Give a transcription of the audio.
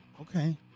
Okay